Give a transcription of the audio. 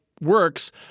works